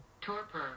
torpor